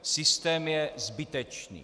Systém je zbytečný.